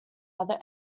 other